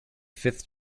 fifth